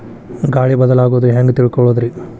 ಗಾಳಿ ಬದಲಾಗೊದು ಹ್ಯಾಂಗ್ ತಿಳ್ಕೋಳೊದ್ರೇ?